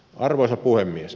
arvoisa puhemies